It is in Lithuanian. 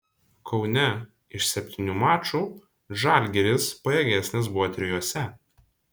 kaune iš septynių mačų žalgiris pajėgesnis buvo trijuose